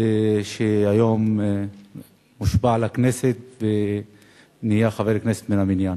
שהיום מושבע לכנסת ונהיה חבר כנסת מן המניין.